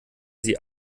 sie